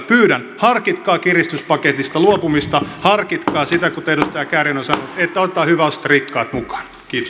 pyydän harkitkaa kiristyspaketista luopumista harkitkaa sitä kuten edustaja kääriäinen on sanonut että otetaan hyväosaiset ja rikkaat mukaan